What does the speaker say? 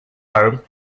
home